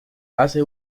hace